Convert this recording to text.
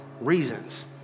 reasons